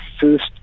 first